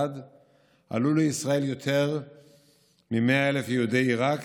עלו לישראל יותר מ-100,000 יהודי עיראק